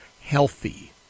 healthy